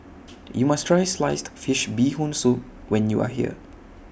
YOU must Try Sliced Fish Bee Hoon Soup when YOU Are here